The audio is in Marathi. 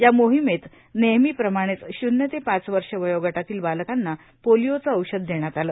या मोहिमेत वेहमीप्रमाणेच शुव्य ते पाच वर्ष वयोगटातील बालकांना पोलिओचं औषधं देण्यात आलं